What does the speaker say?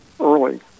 early